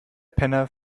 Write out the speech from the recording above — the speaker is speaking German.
penner